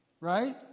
right